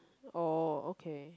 oh okay